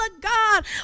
God